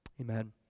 Amen